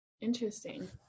interesting